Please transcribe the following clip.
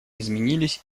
изменились